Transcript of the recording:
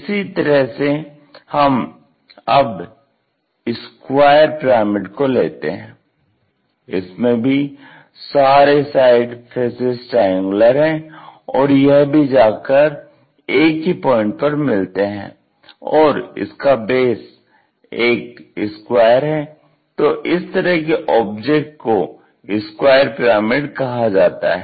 इसी तरह से हम अब स्क्वायर पिरामिड को लेते हैं इसमें भी सारे साइड फैसेस ट्रायंगुलर हैं और यह भी जाकर एक ही पॉइंट पर मिलते हैं और इसका बेस 1 स्क्वायर है तो इस तरह के ऑब्जेक्ट को स्क्वायर पिरामिड कहा जाता है